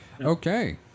Okay